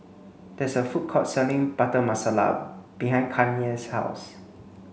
there is a food court selling Butter Masala behind Kanye's house